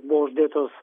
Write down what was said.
buvo uždėtos